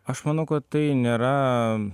aš manau kad tai nėra